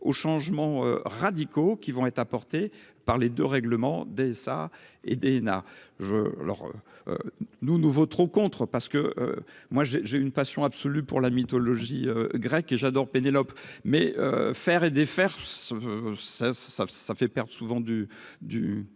aux changements radicaux qui vont être apportés par les 2 règlements des ça et DNA je leur nous nouveau trop contre parce que moi j'ai j'ai une passion absolue pour la mythologie grecque et j'adore Pénélope mais faire et défaire ce ça ça ça ça fait perdre souvent du